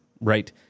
right